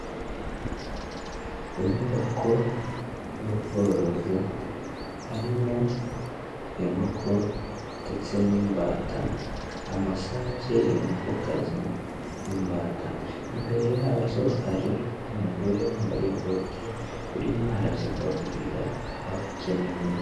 Inyubako y'ubworozi, harimo inkoko ndetse n'imbata, amasake, inkokokazi n'imbata. Imbere yazo hari umugore wambaye bote urimo arazigaburira ahabugenewe.